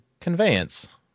conveyance